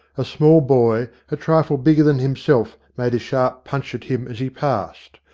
a small boy a trifle bigger than himself made a sharp punch at him as he passed,